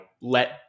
let